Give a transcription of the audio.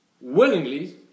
willingly